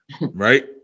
Right